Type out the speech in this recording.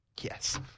Yes